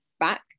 back